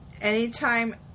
anytime